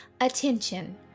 attention